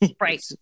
Right